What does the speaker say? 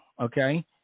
okay